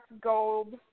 Gold